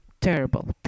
terrible